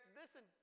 listen